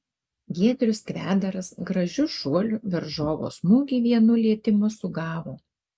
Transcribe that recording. giedrius kvedaras gražiu šuoliu varžovo smūgį vienu lietimu sugavo